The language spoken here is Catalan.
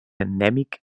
endèmic